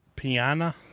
Piana